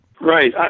Right